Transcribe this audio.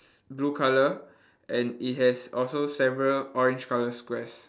blue colour and it has also several orange colour squares